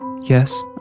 Yes